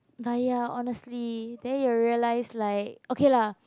but ya honestly then you realise like okay lah